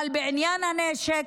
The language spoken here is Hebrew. אבל בעניין הנשק,